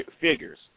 figures